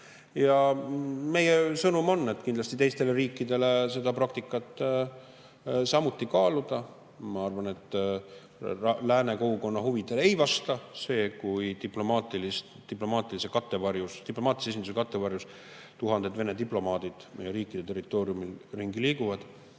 meie sõnum on, et kindlasti [tuleks] teistel riikidel seda praktikat samuti kaaluda. Ma arvan, et lääne kogukonna huvidele ei vasta see, kui diplomaatilise esinduse kattevarjus tuhanded Vene diplomaadid meie riikide territooriumil ringi liiguvad.